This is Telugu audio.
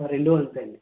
సార్ రెండు వందల పేజీలు